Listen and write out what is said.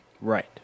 Right